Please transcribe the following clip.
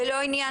זה לא עניין,